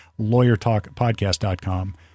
LawyerTalkPodcast.com